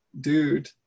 dude